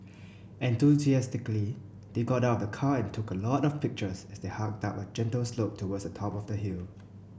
enthusiastically they got out of the car and took a lot of pictures as they hiked up a gentle slope towards the top of the hill